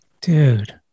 Dude